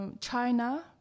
China